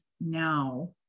now